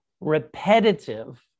repetitive